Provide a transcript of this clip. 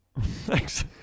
Thanks